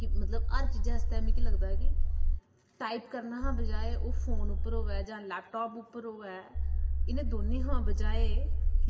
कि मतलब हर चीजै आस्तै मिगी लगदा ऐ कि टाइप करने हा बजाए ओह् फोन उप्पर होऐ जां लैपटाप उप्पर होऐ इनें दौने हा बजाए